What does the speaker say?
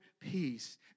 peace